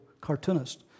cartoonist